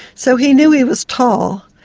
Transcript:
so he knew he was tall,